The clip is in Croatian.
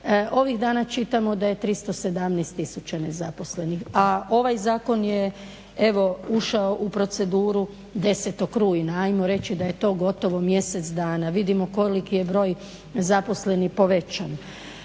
Ovih dana čitamo da je 317 tisuća nezaposlenih, a ovaj zakon je evo ušao u proceduru 10. rujna, ajmo reći da je to gotovo mjesec dana. Vidimo koliki je broj zaposlenih povećan.